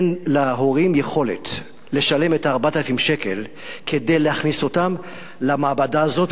אין להורים יכולת לשלם 4,000 שקל כדי להכניס אותם למעבדה הזאת.